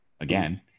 again